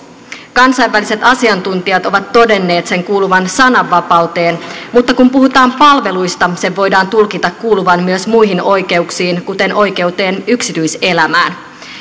kansainväliset asiantuntijat ovat todenneet sen kuuluvan sananvapauteen mutta kun puhutaan palveluista sen voidaan tulkita kuuluvan myös muihin oikeuksiin kuten oikeuteen yksityiselämään